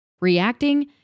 Reacting